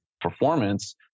performance